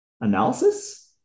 Analysis